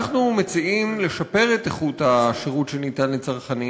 אנחנו מציעים לשפר את איכות השירות שניתן לצרכנים